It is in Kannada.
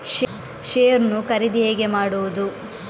ಶೇರ್ ನ್ನು ಖರೀದಿ ಹೇಗೆ ಮಾಡುವುದು?